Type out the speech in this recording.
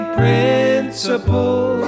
principle